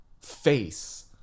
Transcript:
face